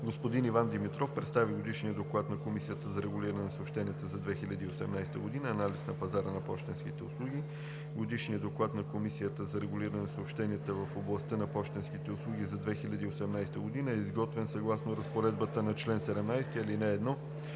Господин Иван Димитров представи Годишния доклад на Комисията за регулиране на съобщенията за 2018 г. – „Анализ на пазара на пощенски услуги“. Годишният доклад на Комисията за регулиране на съобщенията (КРС) в областта на пощенските услуги за 2018 г. е изготвен съгласно разпоредбата на чл. 17, ал. 1